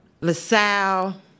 LaSalle